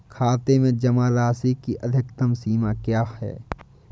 खाते में जमा राशि की अधिकतम सीमा क्या है?